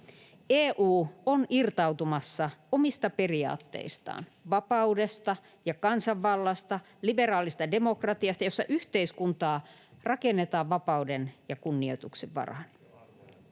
EU on irtautumassa omista periaatteistaan: vapaudesta ja kansanvallasta, liberaalista demokratiasta, jossa yhteiskuntaa rakennetaan vapauden ja kunnioituksen varaan.